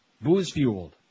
Booze-fueled